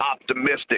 optimistic